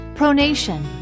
pronation